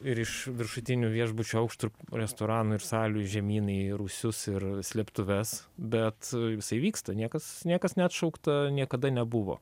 ir iš viršutinių viešbučio aukštų restoranų ir salių žemyn į rūsius ir slėptuves bet jisai vyksta niekas niekas neatšaukta niekada nebuvo